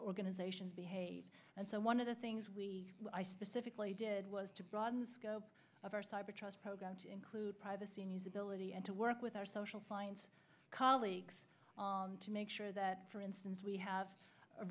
organizations behave and so one of the things we i specifically did was to broad the scope of our cyber truss program to include privacy and usability and to work with our social science colleagues to make sure that for instance we have